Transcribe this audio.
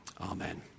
amen